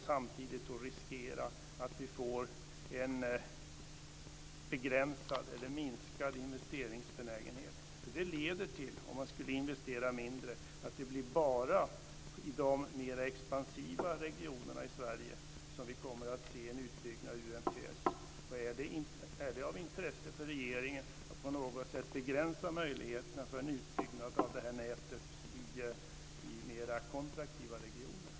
Samtidigt riskerar man att vi får en begränsad eller minskad investeringsbenägenhet. Om man investerar mindre leder det till att det bara blir i de expansiva regionerna i Sverige som vi kommer att se en utbyggnad av UMTS. Är det av intresse för regeringen att begränsa möjligheterna för en utbyggnad av nätet i mera kontraktiva regioner?